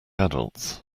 adults